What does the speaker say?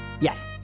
yes